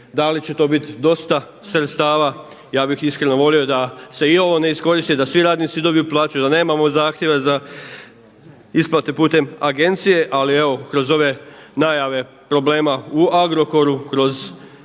da li će to biti dosta sredstava. Ja bih iskreno volio da se i ovo ne iskoristi, da svi radnici dobiju plaću, da nemamo zahtjeve za isplate putem agencije, ali evo kroz ove najave problema u Agrokoru, kroz